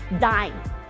dime